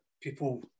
people